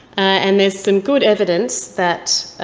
and there's some good evidence that